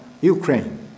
Ukraine